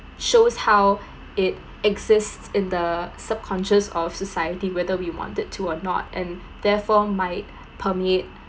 shows how it exist in the subconscious of society whether we wanted to or not and therefore might permeate